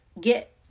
get